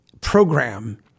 program